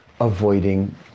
avoiding